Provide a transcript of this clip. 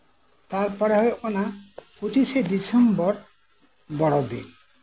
ᱛᱟᱨᱯᱚᱨᱮ ᱦᱩᱭᱩᱜ ᱠᱟᱱᱟ ᱯᱚᱸᱪᱤᱥᱮ ᱰᱤᱥᱮᱢᱵᱚᱨ ᱵᱚᱲᱚ ᱫᱤᱱ